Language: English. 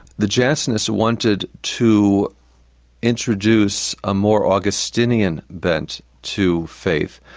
the jansenists wanted to introduce a more augustinian bent to faith.